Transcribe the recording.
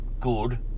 good